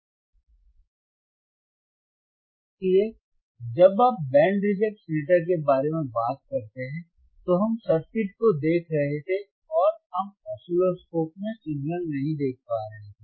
इसलिए जब आप बैंड रिजेक्ट फिल्टर के बारे में बात करते हैं तो हम सर्किट को देख रहे थे और हम ऑसिलोस्कोप में सिग्नल नहीं देख पा रहे थे